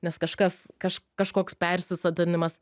nes kažkas kaž kažkoks persisotinimas